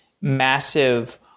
massive